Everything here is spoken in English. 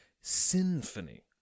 symphony